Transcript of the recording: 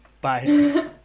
Bye